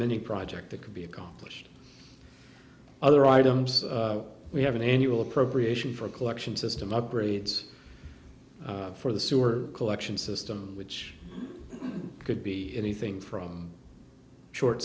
mini project that could be accomplished other items we have an annual appropriation for collection system upgrades for the sewer collection system which could be anything from short